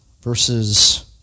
verses